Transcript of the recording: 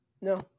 No